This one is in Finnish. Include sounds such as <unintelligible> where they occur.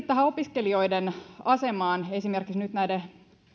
<unintelligible> tähän opiskelijoiden asemaan esimerkiksi nyt näiden